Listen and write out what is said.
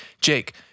Jake